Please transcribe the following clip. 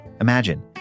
Imagine